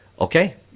okay